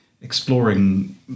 exploring